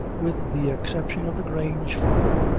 with the exception of the grange farm,